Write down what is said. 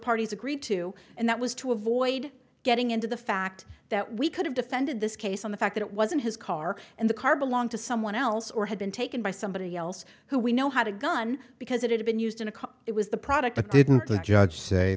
parties agreed to and that was to avoid getting into the fact that we could have defended this case on the fact that it wasn't his car and the car belonged to someone else or had been taken by somebody else who we know how to gun because it had been used in a car it was the product it didn't the judge say